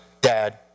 Dad